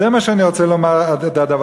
זה מה שאני רוצה לומר על הדבר הזה.